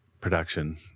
production